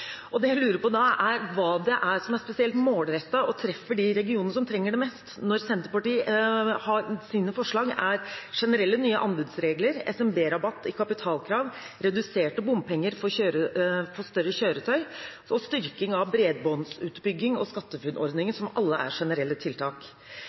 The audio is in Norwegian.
egnet». Det jeg lurer på, er hva som er spesielt målrettet og treffer de regionene som trenger det mest, når Senterpartiets forslag er generelle, nye anbudsregler, SMB-rabatt i kapitaldekningskravene, reduserte bompengesatser for større kjøretøy og styrking av bredbåndsutbyggingen og